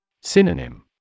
Synonym